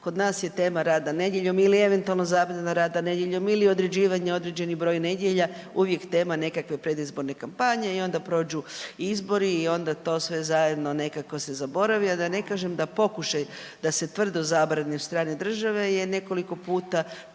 Kod nas je tema rada nedjeljom ili eventualno zabrana rada nedjeljom ili određivanje određeni broj nedjelja, uvijek nema nekakve predizborne kampanje i onda prođu izbori i onda to sve zajedno nekako se zaboravi, a da ne kažem da pokušaj da se tvrdo zabrani od strane države je nekoliko puta